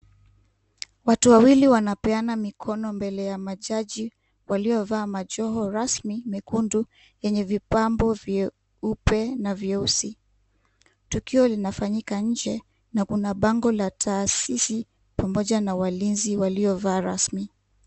Watu wawili wanapeana mikono mbele ya majaji waliovalia majoho rasmi mekundu. Yenye vipambo vyeupe na vyeusi. Tukio linafanyika nje na kuna bango la taasisi pamoja na walinzi waliovaa rasmi.